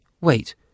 Wait